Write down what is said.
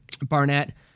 Barnett